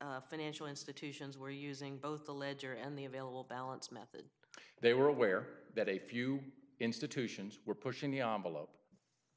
the financial institutions were using both the ledger and the available balance methods they were aware that a few institutions were pushing the envelope